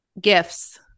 gifts